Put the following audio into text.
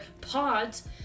pods